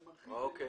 זה מרחיב ולא מצמצם.